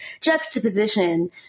juxtaposition